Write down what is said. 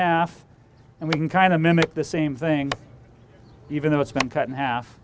half and we can kind of mimic the same thing even if it's been cut in half